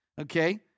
okay